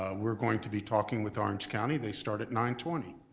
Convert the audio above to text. ah we're going to be talking with orange county. they start at nine twenty,